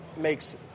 makes